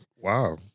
Wow